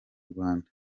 rwanda